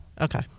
okay